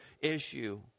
issue